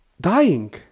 dying